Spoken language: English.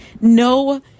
No